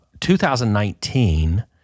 2019